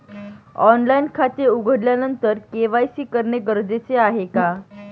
Online खाते उघडल्यानंतर KYC करणे गरजेचे आहे का?